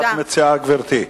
מה את מציעה, גברתי?